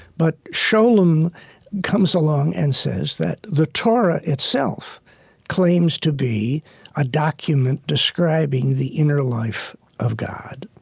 but scholem comes along and says that the torah itself claims to be a document describing the inner life of god.